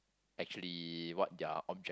actually what their object~